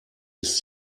ist